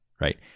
right